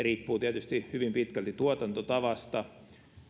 riippuu tietysti hyvin pitkälti tuotantotavasta